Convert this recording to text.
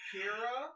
Kira